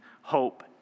hope